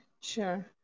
Sure